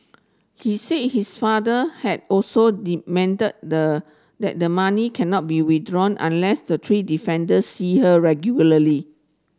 he say his father had also that the money cannot be withdrawn unless the three defendant see her regularly